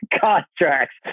contracts